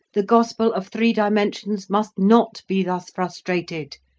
the gospel of three dimensions must not be thus frustrated.